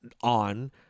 on